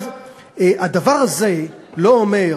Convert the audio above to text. הדבר הזה לא אומר